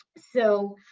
so